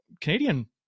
Canadian